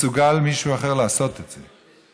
מסוגל מישהו אחר לעשות את זה.